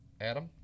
Adam